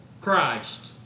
Christ